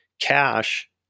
cash